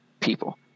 people